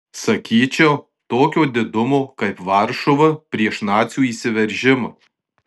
sakyčiau tokio didumo kaip varšuva prieš nacių įsiveržimą